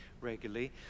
regularly